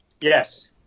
Yes